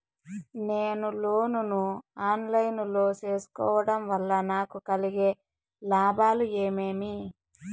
నేను లోను ను online లో సేసుకోవడం వల్ల నాకు కలిగే లాభాలు ఏమేమీ?